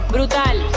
Brutal